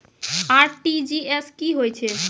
RTGS की होय छै?